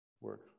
work